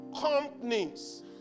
companies